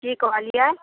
की कहलियै